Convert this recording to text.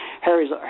Harry's